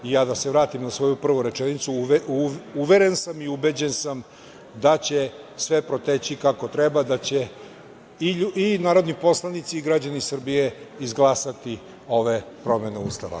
Da se vratim na svoju prvu rečenicu, uveren sam i ubeđen sam da će sve proteći kako treba i da će i narodni poslanici i građani Srbije izglasati ove promene Ustava.